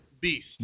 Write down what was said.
beast